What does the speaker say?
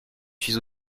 suis